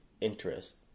interest